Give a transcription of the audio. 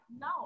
no